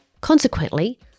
Consequently